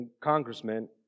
congressman